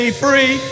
free